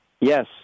Yes